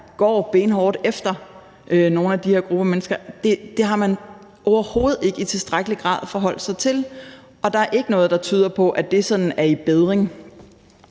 går benhårdt efter nogle af de her grupper af mennesker, er naivt, og det har man overhovedet ikke i tilstrækkelig grad forholdt sig til. Og der er ikke noget, der tyder på, at det sådan er i bedring.